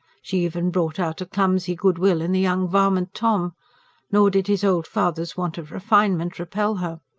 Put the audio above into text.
she even brought out a clumsy good-will in the young varmint tom nor did his old father's want of refinement repel her.